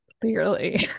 clearly